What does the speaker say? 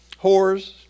Whores